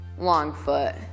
Longfoot